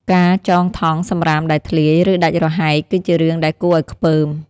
ការចងថង់សម្រាមដែលធ្លាយ ឬដាច់រហែក គឺជារឿងដែលគួរឲ្យខ្ពើម។